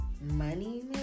money